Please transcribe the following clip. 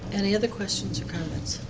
any other questions or comments?